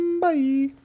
Bye